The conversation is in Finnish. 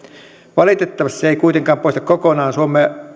valitettavasti se ei kuitenkaan poista kokonaan suomea